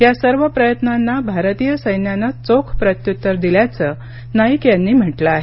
या सर्व प्रयत्नांना भारतीय सैन्यानं चोख प्रत्युत्तर दिल्याचं नाईक यांनी म्हटलं आहे